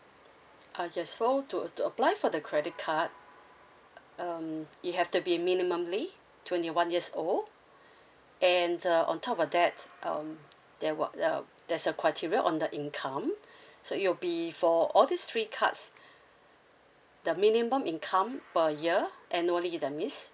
uh yes so to to apply for the credit card um you have to be minimum twenty one years old and uh on top of that um there wha~ there's a criteria on the income so it'll be for all this three cards the minimum income per year annually that means